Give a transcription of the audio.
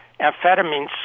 amphetamines